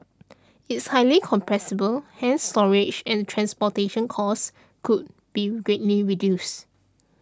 it's highly compressible hence storage and transportation costs could be greatly reduced